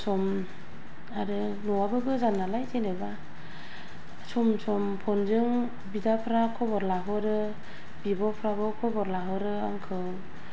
सम सम आरो न'आबो गोजान नालाय जेनेबा सम सम फन जों बिदाफोरा खबर लाहरो बिब'फोराबो खबर लाहरो आंखौ